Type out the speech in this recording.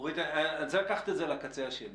אורית, אני רוצה לקחת את זה לקצה השני